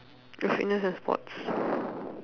the fitness and sports